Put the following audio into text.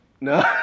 No